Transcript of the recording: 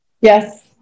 Yes